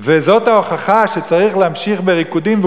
וזאת ההוכחה שצריך להמשיך בריקודים,